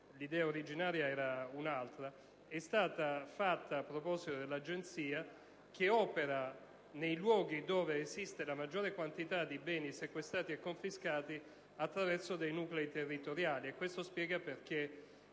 l'idea originaria era un'altra, è stato fatto a proposito dell'Agenzia, che opera, nei luoghi dove esiste la maggiore quantità di beni sequestrati e confiscati, tramite nuclei territoriali; quegli stessi